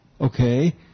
okay